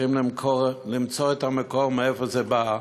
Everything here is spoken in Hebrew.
צריכים למצוא מאיפה זה בא,